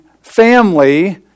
family